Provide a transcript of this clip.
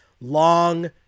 long